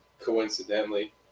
coincidentally